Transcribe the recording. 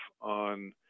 on